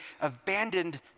abandoned